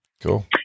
Cool